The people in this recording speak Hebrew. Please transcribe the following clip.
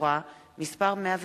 הבנקאות,